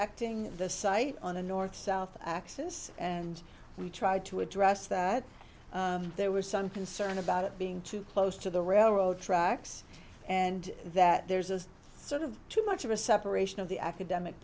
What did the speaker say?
bisecting the site on the north south axis and we tried to address that there was some concern about it being too close to the railroad tracks and that there's a sort of too much of a separation of the academic